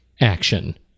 action